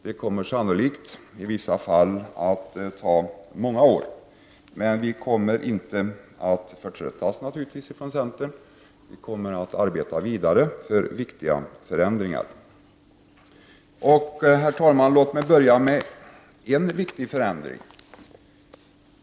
Det kommer sannolikt att i vissa fall ta många år. Men vi från centern kommer naturligtvis inte att förtröttas. Vi kommer att arbeta vidare för viktiga förändringar. Herr talman! Låt mig börja med en viktig förändring.